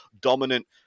dominant